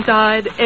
died